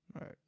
right